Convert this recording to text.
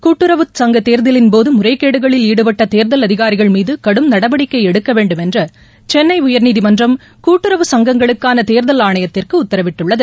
கூட்டுறவு சங்கத் தேர்தலின் போது முறைகேடுகளில் ஈடுபட்ட தேர்தல் அதிகாரிகள் மீது கடும் நடவடிக்கை எடுக்க வேண்டும் என்று சென்னை உயர்நீதிமன்றம் கூட்டுறவு சங்கங்களுக்கான தேர்தல் ஆணையத்திற்கு உத்தரவிட்டுள்ளது